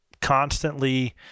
constantly